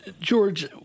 George